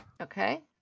Okay